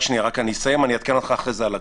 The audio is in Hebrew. אני אסיים ואני אעדכן אותך אחרי זה על הכול.